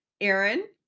Aaron